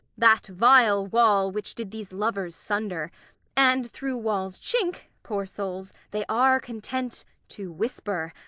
that vile wall which did these lovers sunder and through wall's chink, poor souls, they are content to whisper.